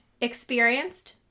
experienced